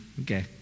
Okay